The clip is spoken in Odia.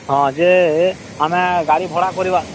ହଁ ଯେ ଆମେ ଗାଡ଼ି ଭଡ଼ା କରିବା